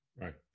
Right